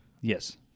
Yes